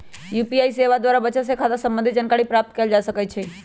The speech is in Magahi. यू.पी.आई सेवा द्वारा बचत खता से संबंधित जानकारी प्राप्त कएल जा सकहइ